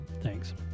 Thanks